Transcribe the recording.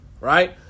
Right